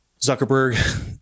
Zuckerberg